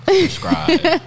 subscribe